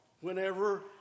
Whenever